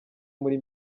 muri